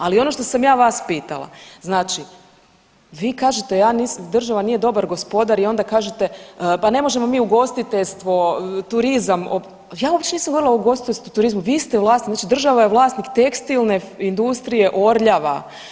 Ali ono što sam ja vas pitala, znači vi kažete država nije dobar gospodar i onda kažete pa ne možemo mi ugostiteljstvo, turizam, ja uopće nisam govorila o ugostiteljstvu i turizmu, vi ste u vlasti, znači država je vlasnik tekstilne industrije Orljava.